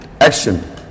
Action